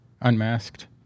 Unmasked